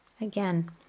Again